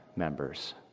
members